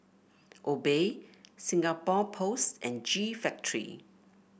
Obey Singapore Post and G Factory